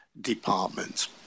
department